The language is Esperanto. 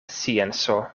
scienco